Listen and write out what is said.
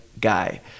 guy